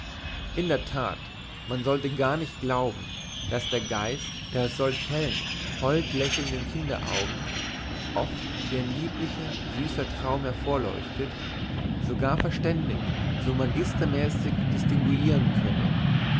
in der tat man sollte gar nicht glauben daß der geist der aus solch hellen holdlächelnden kindesaugen oft wie ein lieblicher süßer traum hervorleuchtet so gar verständig so magistermäßig distinguieren könne